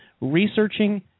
researching